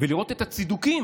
ולראות את הצידוקים